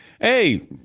hey